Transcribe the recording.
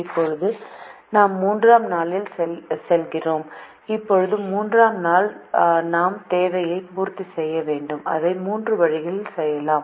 இப்போது நாம் மூன்றாம் நாளில் செல்கிறோம் இப்போது மூன்றாம் நாள் நாம் தேவையை பூர்த்தி செய்ய வேண்டும் அதை 3 வழிகளில் செய்யலாம்